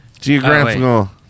Geographical